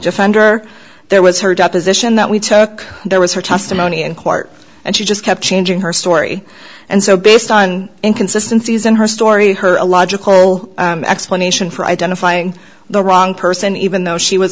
defender there was her deposition that we took there was her testimony in court and she just kept changing her story and so based on inconsistency isn't her story her a logical explanation for identifying the wrong person even though she was